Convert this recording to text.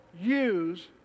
use